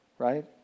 Right